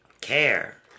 care